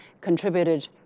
contributed